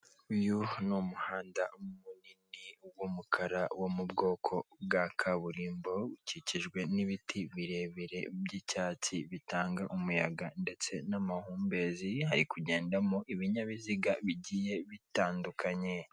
Uyu ni Umuhanda munini w'umukara wo mu bwoko bwa kaburimbo, ukikijwe n'ibiti birere by'icyatsi bitanga umuyaga ndetse n'amahumbezi. Hari kugendamo ibinyabiziga bigiye bitandukanye.